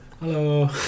hello